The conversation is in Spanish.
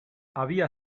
había